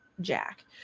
Jack